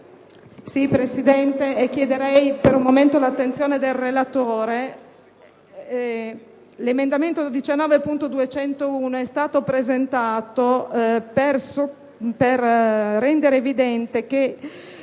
Presidente, chiederei per un momento l'attenzione del relatore. L'emendamento 19.201 è stato presentato per rendere evidente che